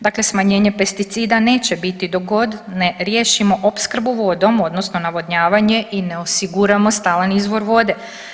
Dakle, smanjenje pesticida neće biti dok god ne riješimo opskrbu vodom odnosno navodnjavanje i ne osiguramo stalan izvor vode.